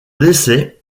décès